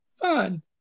Fine